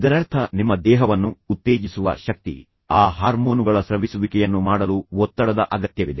ಇದರರ್ಥ ನಿಮ್ಮ ದೇಹವನ್ನು ಉತ್ತೇಜಿಸುವ ಶಕ್ತಿ ಆ ಹಾರ್ಮೋನುಗಳ ಸ್ರವಿಸುವಿಕೆಯನ್ನು ಮಾಡಲು ಒತ್ತಡದ ಅಗತ್ಯವಿದೆ